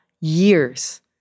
years